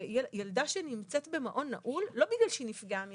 וילדה שנמצאת במעון נעול לא בגלל שהיא נפגעה מינית,